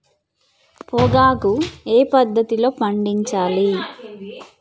పొగాకు ఏ పద్ధతిలో పండించాలి?